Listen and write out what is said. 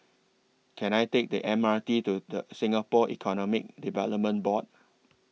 Can I Take The M R T to The Singapore Economic Development Board